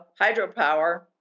hydropower